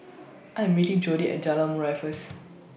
I Am meeting Jodi At Jalan Murai First